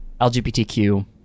lgbtq